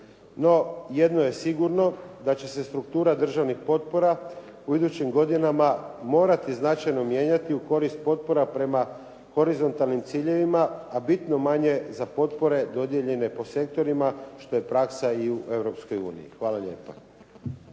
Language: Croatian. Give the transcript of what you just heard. jedno je sigurno da će se struktura državnih potpora u idućim godinama morati značajno mijenjati u korist potpora prema horizontalnim ciljevima, a bitno manje za potpore dodijeljene po sektorima, što je praksa i u Europskoj uniji.